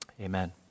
Amen